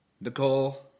Nicole